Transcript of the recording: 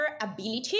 ability